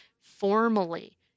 formally